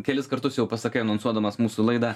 kelis kartus jau pasakai anonsuodamas mūsų laidą